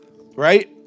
Right